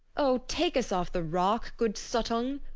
oh, take us off the rock, good suttung,